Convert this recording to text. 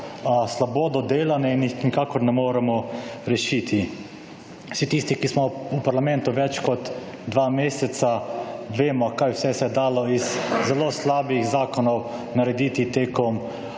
slabo dodelane in jih nikakor ne moremo rešiti. Vsi tisti, ki smo v parlamentu več kot 2 meseca, vemo, kaj vse se je dalo iz zelo slabih zakonov narediti tekom